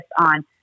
on